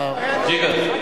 חבר הכנסת זחאלקה,